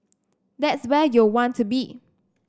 that's where you'll want to be